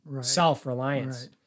self-reliance